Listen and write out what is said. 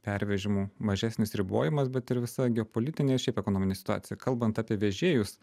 pervežimų mažesnis ribojimas bet ir visa geopolitinė šiaip ekonominė situacija kalbant apie vežėjus